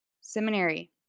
seminary